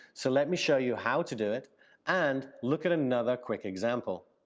so let me show you how to do it and look at another quick example.